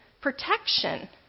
protection